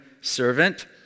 servant